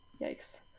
yikes